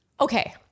okay